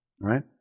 right